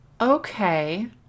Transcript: Okay